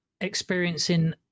experiencing